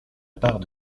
part